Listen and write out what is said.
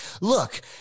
look